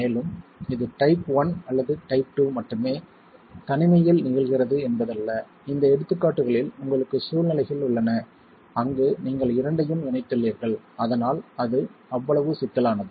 மேலும் இது டைப் 1 அல்லது டைப் 2 மட்டுமே தனிமையில் நிகழ்கிறது என்பதல்ல இந்த எடுத்துக்காட்டுகளில் உங்களுக்கு சூழ்நிலைகள் உள்ளன அங்கு நீங்கள் இரண்டையும் இணைத்துள்ளீர்கள் அதனால் அது அவ்வளவு சிக்கலானது